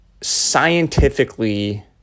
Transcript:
scientifically